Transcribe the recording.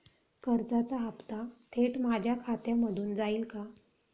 कर्जाचा हप्ता थेट माझ्या खात्यामधून जाईल का?